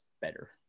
better